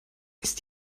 ist